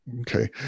Okay